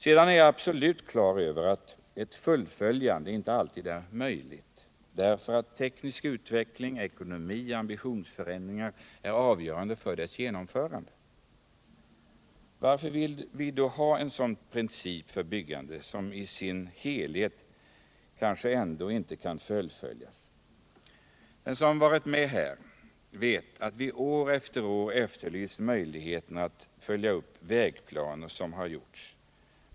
Sedan är jag absolut klar över att ett fullföljande inte alltid är möjligt, därför att teknisk utveckling, ekonomi och ambitionsförändringar är avgörande för ett sådant. Varför vill vi då ha en princip för byggandet som i sin helhet kanske ändå inte kan förverkligas? Den som varit med här vet att vi år efter år efterlyst möjligheter att följa upp vägplaner som gjorts.